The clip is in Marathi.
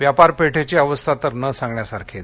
व्यापारपेठेची अवस्था तर न सांगण्यासारखीच